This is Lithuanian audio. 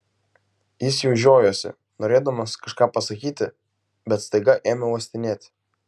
jis jau žiojosi norėdamas kažką pasakyti bet staiga ėmė uostinėti